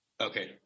Okay